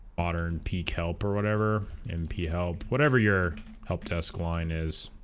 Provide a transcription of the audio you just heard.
modern peak help or whatever mp help whatever your help desk line is